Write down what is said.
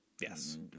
yes